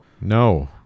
No